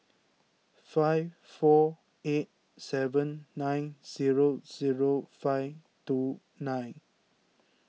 five four eight seven nine zero zero five two nine